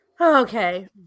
Okay